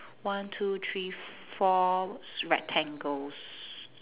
one two three four s~ rectangles